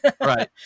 Right